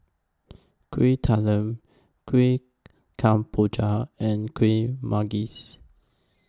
Kueh Talam Kuih Kemboja and Kueh Manggis